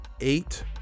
eight